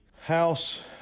House